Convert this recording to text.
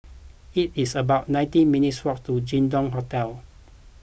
it is about nineteen minutes' walk to Jin Dong Hotel